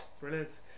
brilliant